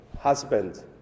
husband